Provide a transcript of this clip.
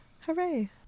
Hooray